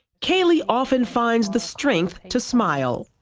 kaleigh often finds the strength to smile.